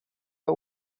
her